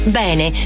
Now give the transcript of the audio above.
bene